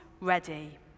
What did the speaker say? ready